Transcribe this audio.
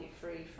free